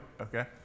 Okay